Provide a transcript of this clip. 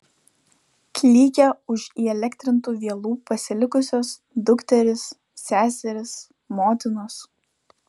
klykė už įelektrintų vielų pasilikusios dukterys seserys motinos